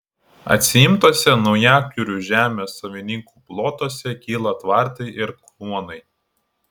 atsiimtuose naujakurių žemės savininkų plotuose kyla tvartai ir kluonai